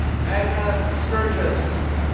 magna sturgis.